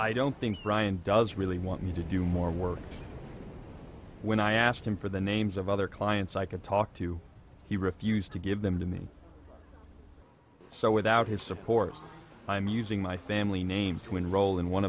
i don't think ryan does really want me to do more work when i asked him for the names of other clients i could talk to he refused to give them to me so without his support i'm using my family name to enroll in one